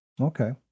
Okay